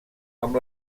amb